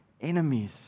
enemies